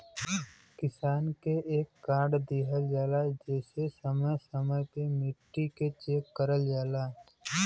किसान के एक कार्ड दिहल जाला जेसे समय समय पे मट्टी के चेक करल जाला